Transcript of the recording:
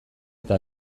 eta